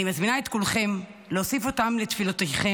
אני מזמינה את כולכם להוסיף אותם לתפילותיכם,